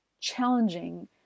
challenging